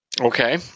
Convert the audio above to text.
Okay